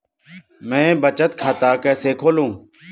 मैं बचत खाता कैसे खोलूँ?